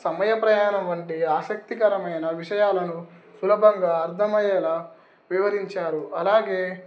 సమయ ప్రయాణం వంటి ఆసక్తికరమైన విషయాలను సులభంగా అర్థమయ్యేలా వివరించారు అలాగే